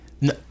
No